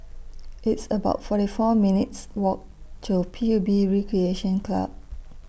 It's about forty four minutes' Walk to P U B Recreation Club